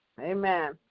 Amen